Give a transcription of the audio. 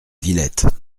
villette